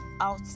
out